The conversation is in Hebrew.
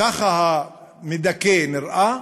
ככה המדכא נראה,